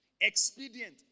expedient